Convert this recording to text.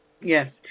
Yes